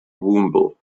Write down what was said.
woomble